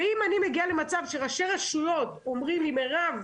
אני מגיעה למצב שראשי רשויות אומרים לי: מירב,